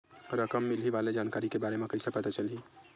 रकम मिलही वाले के जानकारी के बारे मा कइसे पता चलही?